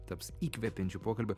taps įkvepiančiu pokalbiu